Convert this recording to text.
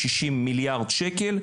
שישים מיליארד שקל,